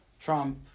Trump